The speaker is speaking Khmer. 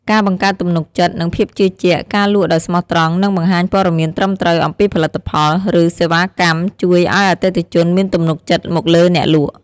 ការបង្កើតទំនុកចិត្ត និងភាពជឿជាក់ ការលក់ដោយស្មោះត្រង់ និងបង្ហាញព័ត៌មានត្រឹមត្រូវអំពីផលិតផល ឬសេវាកម្ម ជួយឲ្យអតិថិជនមានទំនុកចិត្តមកលើអ្នកលក់។